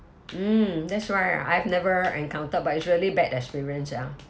mm that's why I've never encountered but usually bad experience ah